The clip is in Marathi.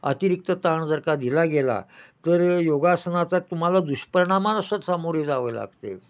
अतिरिक्त ताण जर का दिला गेला तर योगासनाचा तुम्हाला दुष्परिणामांना सुद्धा सामोरे जावे लागते